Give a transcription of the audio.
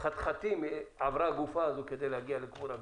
חתחתים עברה הגופה הזאת כדי להגיע לקבורה בישראל.